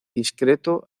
discreto